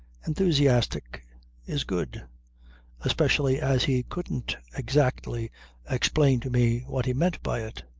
enthusiastic is good especially as he couldn't exactly explain to me what he meant by it.